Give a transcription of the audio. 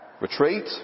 retreat